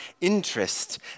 interest